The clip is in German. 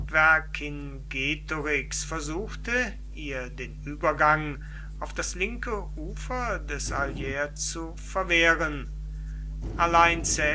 vercingetorix versuchte ihr den übergang auf das linke ufer des allier zu verwehren allein